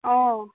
অঁ